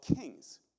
kings